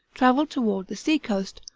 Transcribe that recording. traveled toward the seacoast,